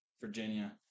Virginia